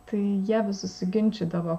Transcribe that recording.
tai jie vis susiginčydavo